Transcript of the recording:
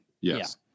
Yes